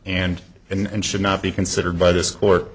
air and and should not be considered by this court